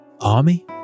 army